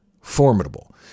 formidable